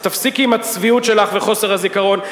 אז תפסיקי עם הצביעות שלך וחוסר הזיכרון.